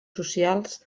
socials